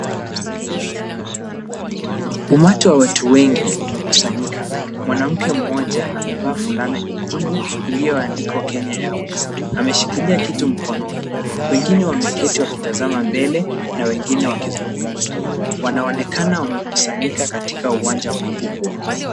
Umati wa watu wengi umekusanyika. Mwanamke mmoja amevaa fulana nyekundu iliyoandikwa Kenya Airways. Ameshikilia kitu mkononi. Wengine wameketi wakitazama mbele na wengine wakizungumza. Wanaonekana wamekusanyika katika uwanja mkubwa.